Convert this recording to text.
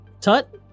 Tut